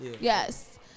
Yes